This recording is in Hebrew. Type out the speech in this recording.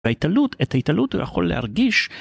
היתלות את ההיתלות הוא יכול להרגיש.